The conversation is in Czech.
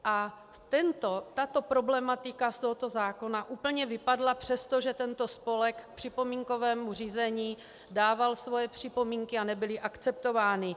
A tato problematika z tohoto zákona úplně vypadla, přestože tento spolek k připomínkovému řízení dával své připomínky, a nebyly akceptovány.